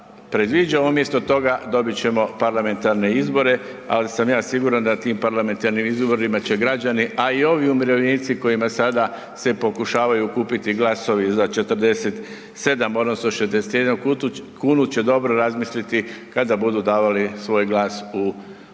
predviđa umjesto toga dobit ćemo parlamentarne izbore, ali sam ja siguran da na tim parlamentarnim izborima će građani, a i ovi umirovljenici kojima sada se pokušavaju kupiti glasovi za 47 odnosno 61,00 kn će dobro razmisliti kada budu davali svoj glas u srpnju